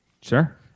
Sure